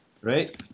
right